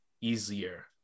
easier